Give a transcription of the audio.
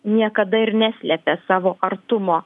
niekada ir neslėpė savo artumo